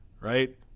right